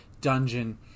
dungeon